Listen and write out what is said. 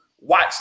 Watch